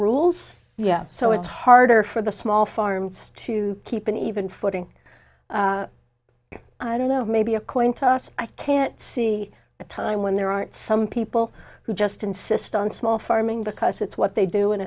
rules so it's harder for the small farms to keep an even footing i don't know maybe a coin toss i can't see a time when there aren't some people who just insist on small farming because it's what they do and